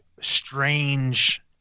strange